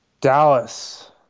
Dallas